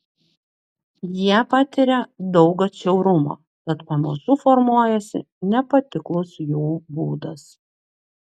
jie patiria daug atšiaurumo tad pamažu formuojasi nepatiklus jų būdas